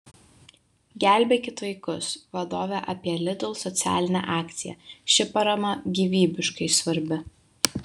gelbėkit vaikus vadovė apie lidl socialinę akciją ši parama gyvybiškai svarbi